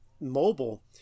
mobile